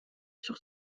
sur